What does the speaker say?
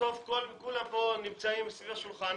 בסוף כולם כאן נמצאים סביב השולחן,